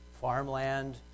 farmland